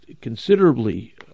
considerably